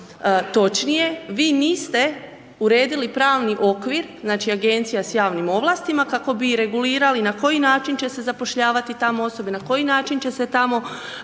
Točnije, vi niste uredili pravni okvir, znači, agencija s javnim ovlastima, kako bi regulirali na koji način će se zapošljavati tamo osobe, na koji način će se tamo